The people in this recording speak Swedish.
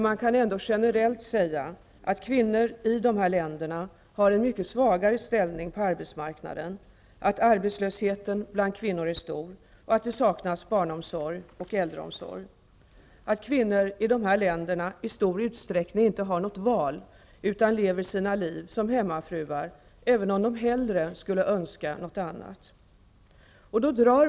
Man kan ändå generellt säga att kvinnor i dessa länder har en mycket svagare ställning på arbetsmarknaden, att arbetslösheten bland kvinnor är stor, att det saknas barnomsorg och äldreomsorg. Kvinnor i de här länderna har i stor utsträckning inte något val utan lever sina liv som hemmafruar, även om de hellre skulle önska något annat.